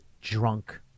drunk